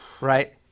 right